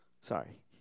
sorry